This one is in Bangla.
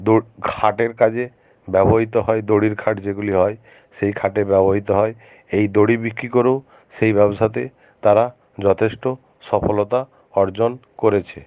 খাটের কাজে ব্যবহৃত হয় দড়ির খাট যেগুলি হয় সেই খাটে ব্যবহৃত হয় এই দড়ি বিক্রি করেও সেই ব্যবসাতে তারা যথেষ্ট সফলতা অর্জন করেছে